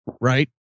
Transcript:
right